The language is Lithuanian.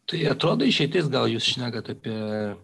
tai atrodo išeitis gal jūs šnekat apie